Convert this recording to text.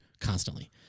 constantly